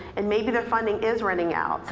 and maybe the funding is running out.